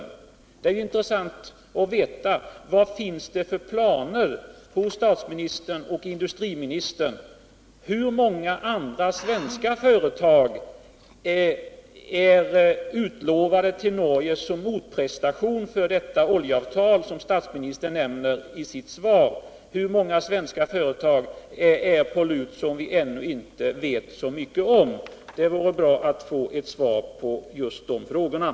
Det skulle vara intressant att veta vad det finns för planer hos statsministern och industriministern. Hur många andra svenska företag är utlovade till Norge som motprestation för detta oljeavtal, som statsministern nämner i sitt svar? Hur många svenska företag, som vi nu inte vet så mycket om, står på lut? Det vore bra om jag kunde få ett svar på den frågan.